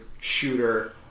shooter